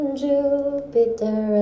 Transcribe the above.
jupiter